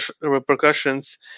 repercussions